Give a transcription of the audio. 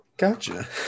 Gotcha